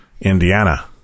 Indiana